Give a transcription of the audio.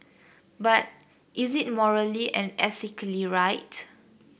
but is it morally and ethically right